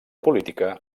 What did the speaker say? política